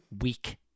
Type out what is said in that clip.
Weak